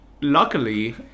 luckily